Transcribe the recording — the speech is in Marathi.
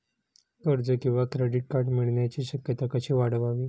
कर्ज किंवा क्रेडिट कार्ड मिळण्याची शक्यता कशी वाढवावी?